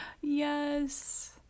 Yes